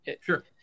Sure